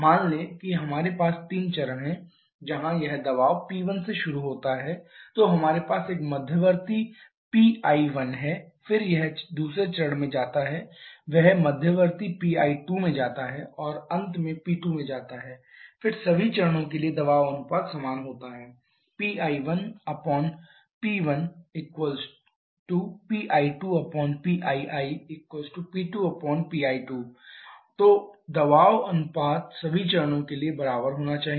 मान लें कि हमारे पास तीन चरण हैं जहां यह दबाव P1 से शुरू होता है तो हमारे पास एक मध्यवर्ती Pi1 है फिर यह दूसरे चरण में जाता है वह मध्यवर्ती Pi2 में जाता है और अंत में P2 में जाता है फिर सभी चरणों के लिए दबाव अनुपात समान होता है Pi1P1Pi2PilP2Pi2 तो दबाव अनुपात सभी चरणों के लिए बराबर होना चाहिए